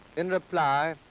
in reply,